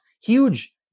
huge